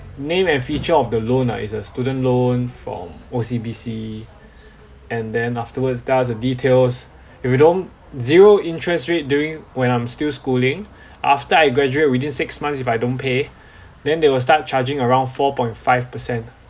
name and feature of the loan ah it's a student loan from O_C_B_C and then afterwards dust the details if you don't zero interest rate during when I'm still schooling after I graduate within six months if I don't pay then they will start charging around four point five percent